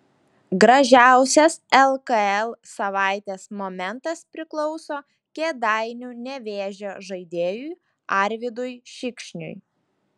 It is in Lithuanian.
gražiausias lkl savaitės momentas priklauso kėdainių nevėžio žaidėjui arvydui šikšniui